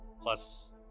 plus